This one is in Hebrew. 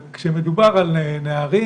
כשמדובר על נערים,